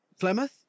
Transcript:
Flemeth